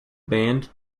band